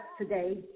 today